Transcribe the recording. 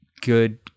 good